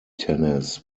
tennis